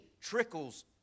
trickles